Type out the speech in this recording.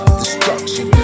destruction